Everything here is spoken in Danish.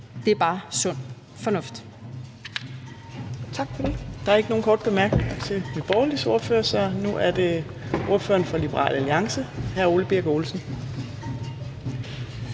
Det er bare sund fornuft.